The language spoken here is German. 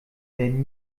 werden